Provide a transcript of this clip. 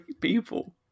people